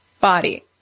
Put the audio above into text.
body